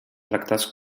tractats